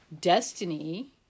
destiny